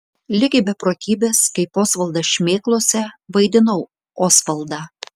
ligi beprotybės kaip osvaldas šmėklose vaidinau osvaldą